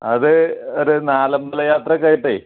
അത് ഒരു നാലമ്പല യാത്രയൊക്കെ